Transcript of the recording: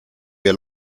wir